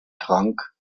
trank